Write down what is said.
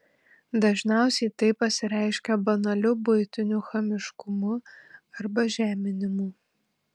dažniausiai tai pasireiškia banaliu buitiniu chamiškumu arba žeminimu